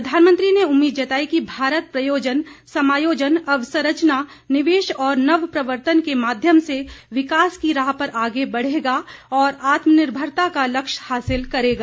प्रधानमंत्री ने उम्मीद जताई कि भारत प्रयोजन समायोजन अवसंरचना निवेश और नव प्रवर्तन के माध्यम से विकास की राह पर आगे बढ़ेगा और आत्मनिर्भरता का लक्ष्य हासिल करेगा